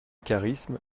charisme